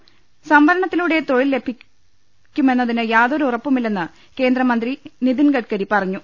ന സംവരണത്തിലൂടെ തൊഴിൽ ലഭിക്കുമെന്നതിന് യാതൊരു ഉറ പ്പുമില്ലെന്ന് കേന്ദ്രമന്ത്രി നിതിൻ ഗഡ്കരി പറഞ്ഞു